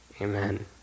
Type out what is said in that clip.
Amen